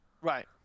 right